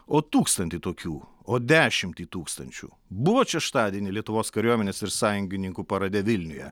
o tūkstantį tokių o dešimtį tūkstančių buvot šeštadienį lietuvos kariuomenės ir sąjungininkų parade vilniuje